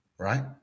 right